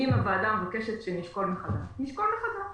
אם הוועדה מבקשת שנשקול מחדש, נשקול מחדש.